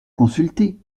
consulter